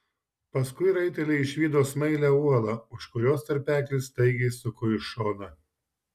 paskui raiteliai išvydo smailią uolą už kurios tarpeklis staigiai suko į šoną